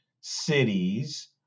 cities